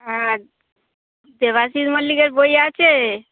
আচ্ছা দেবাশীষ মল্লিকের বই আছে